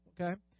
okay